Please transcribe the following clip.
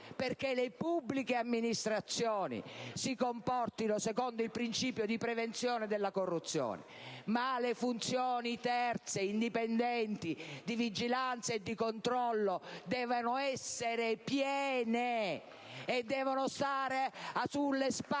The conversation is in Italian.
perché le pubbliche amministrazioni si comportino secondo il principio di prevenzione della corruzione. Ma le funzioni terze, indipendenti, di vigilanza e di controllo, devono essere piene *(Applausi dal